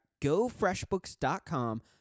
GoFreshBooks.com